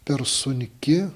per sunki